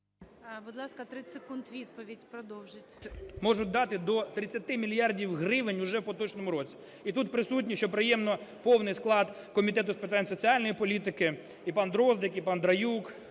Будь ласка, 30 секунд, відповідь продовжіть. КАПЛІН С.М. Можуть дати до 30 мільярдів гривень вже в поточному році. І тут присутні, що приємно, повний склад Комітету з питань соціальної політики: і пан Дроздик, і пан Драюк,